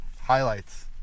highlights